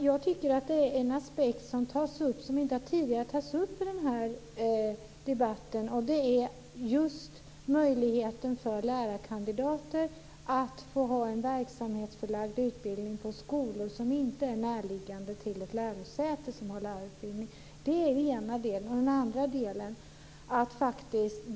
Fru talman! En aspekt som nu tas upp i debatten är möjligheten för lärarkandidater till verksamhetsförlagd utbildning på skolor som inte ligger nära ett lärosäte med lärarutbildning. Den har inte tagits upp tidigare.